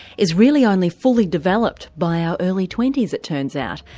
is really only fully developed by our early twenties, it turns out.